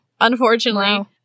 Unfortunately